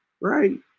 right